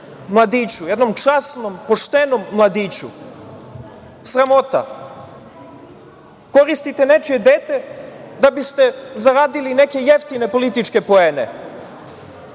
jednom časnom, poštenom mladiću. Sramota! Koristite nečije dete da biste zaradili neke jeftine političke poene.